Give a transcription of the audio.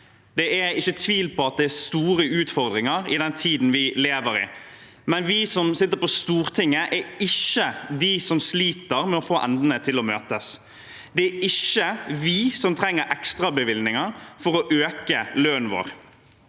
Det er ikke tvil om at det er store utfordringer i den tiden vi lever i, men vi som sitter på Stortinget, er ikke de som sliter med å få endene til å møtes. Det er ikke vi som trenger ekstrabevilgninger for å øke lønnen vår.